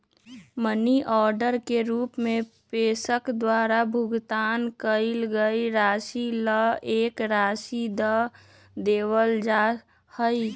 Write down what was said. money order के रूप में प्रेषक द्वारा भुगतान कइल गईल राशि ला एक रसीद देवल जा हई